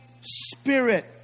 Spirit